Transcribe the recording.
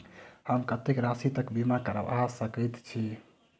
हम कत्तेक राशि तकक बीमा करबा सकैत छी?